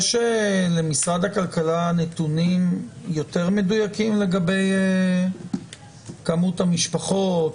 יש למשרד הכלכלה נתונים יותר מדויקים לגבי כמות המשפחות?